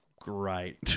great